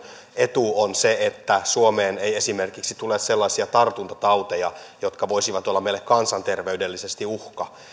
etu on se että suomeen ei esimerkiksi tule sellaisia tartuntatauteja jotka voisivat olla meille kansanterveydellisesti uhka